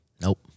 Nope